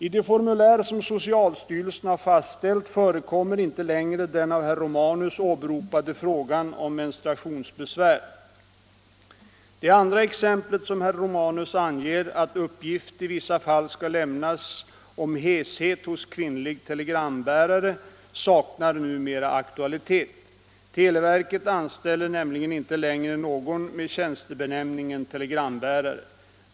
I det formulär som socialstyrelsen har fastställt förekommer inte längre den av herr Romanus åberopade frågan om menstruationsbesvär. Det andra exemplet som herr Romanus anger — att uppgift i vissa fall skall lämnas om heshet hos kvinnlig telegramutbärare —- saknar numera aktualitet. Televerket anställer nämligen inte längre någon med tjänstebenämningen telegramutbärare.